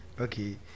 Okay